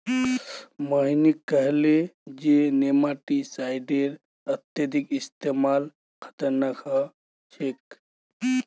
मोहिनी कहले जे नेमाटीसाइडेर अत्यधिक इस्तमाल खतरनाक ह छेक